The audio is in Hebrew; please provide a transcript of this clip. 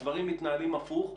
הדברים מתנהלים הפוך,